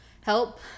help